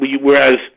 whereas